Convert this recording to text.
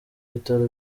bitaro